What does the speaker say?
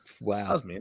wow